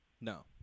No